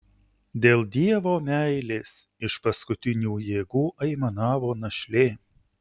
dėl dievo meilės iš paskutinių jėgų aimanavo našlė